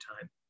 time